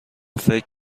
فکر